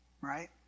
Right